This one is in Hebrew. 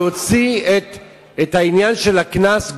להוציא את עניין הקנס,